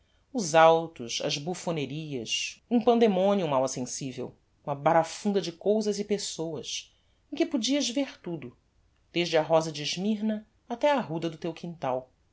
os autos as bufonerias um pandemonium alma sensível uma barafunda de cousas e pessoas em que podias ver tudo desde a rosa de smyrna até a arruda do teu quintal